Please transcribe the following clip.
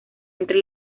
entre